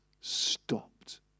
stopped